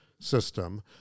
system